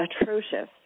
atrocious